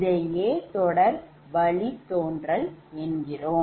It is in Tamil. இதையே தொடற் வழித்தோன்றல் என்கிறோம்